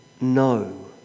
No